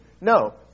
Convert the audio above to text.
No